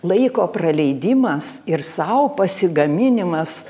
laiko praleidimas ir sau pasigaminimas